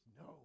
no